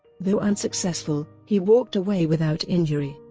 though unsuccessful, he walked away without injury.